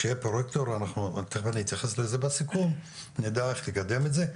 כאשר יהיה פרוייקטור, נדע איך לקדם את זה.